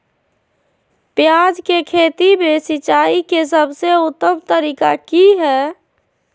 प्याज के खेती में सिंचाई के सबसे उत्तम तरीका की है?